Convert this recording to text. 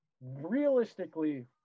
realistically